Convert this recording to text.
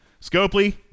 Scopely